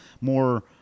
more